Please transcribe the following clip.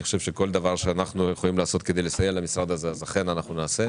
אני חושב שכל דבר שאנחנו יכולים לעשות כדי לסייע למשרד הזה אכן נעשה.